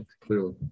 Clearly